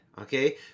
Okay